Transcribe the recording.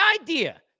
idea